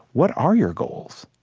what are your goals?